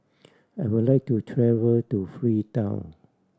I would like to travel to Freetown